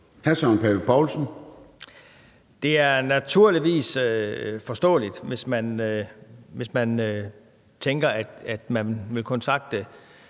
Søren Pape Poulsen (KF): Det er naturligvis forståeligt, hvis man tænker, at man vil kontakte